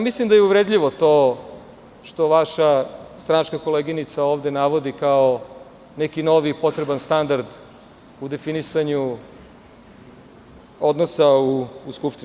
Mislim da je uvredljivo to što vaša stranačka koleginica ovde navodi kao neki novi potreban standard u definisanju odnosa u Skupštini.